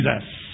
Jesus